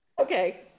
Okay